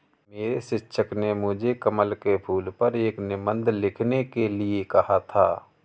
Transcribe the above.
मेरे शिक्षक ने मुझे कमल के फूल पर एक निबंध लिखने के लिए कहा था